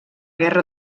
guerra